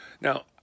Now